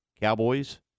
Cowboys